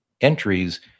entries